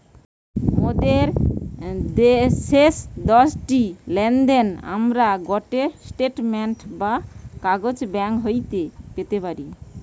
মোদের শেষ দশটি লেনদেনের আমরা গটে স্টেটমেন্ট বা কাগজ ব্যাঙ্ক হইতে পেতে পারি